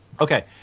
Okay